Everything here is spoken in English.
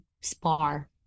spar